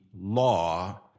law